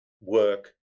work